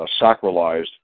sacralized